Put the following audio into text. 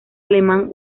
alemán